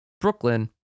Brooklyn